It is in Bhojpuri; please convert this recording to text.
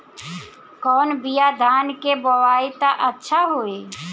कौन बिया धान के बोआई त अच्छा होई?